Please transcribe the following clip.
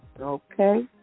Okay